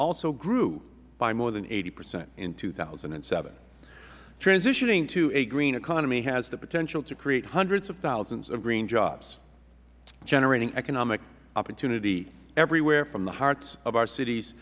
also grew by more than eighty percent in two thousand and seven transitioning to a green economy has the potential to create hundreds of thousands of green jobs generating economic opportunity everywhere from the hearts of our cities